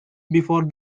before